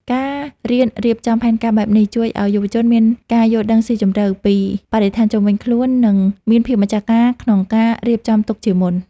ការរៀនរៀបចំផែនការបែបនេះ ជួយឱ្យយុវជនមានការយល់ដឹងស៊ីជម្រៅពីបរិស្ថានជុំវិញខ្លួន និងមានភាពម្ចាស់ការក្នុងការរៀបចំទុកជាមុន។